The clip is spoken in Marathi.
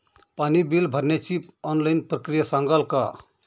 पाणी बिल भरण्याची ऑनलाईन प्रक्रिया सांगाल का?